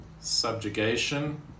subjugation